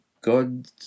God